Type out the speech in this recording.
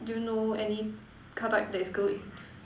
do you know any car type that is good